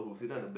okay